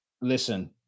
Listen